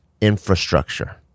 infrastructure